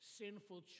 sinful